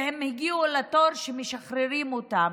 הם הגיעו לתור שמשחררים אותם,